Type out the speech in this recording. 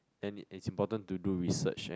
and it is important to do research and